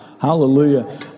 hallelujah